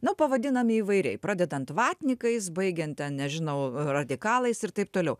nu pavadinami įvairiai pradedant vatnikais baigiant ten nežinau radikalais ir taip toliau